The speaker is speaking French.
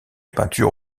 peinture